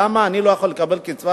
למה אני לא יכול לקבל קצבה